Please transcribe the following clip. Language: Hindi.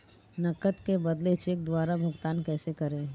नकद के बदले चेक द्वारा भुगतान कैसे करें?